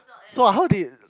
so how did